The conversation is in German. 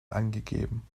angegeben